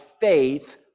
faith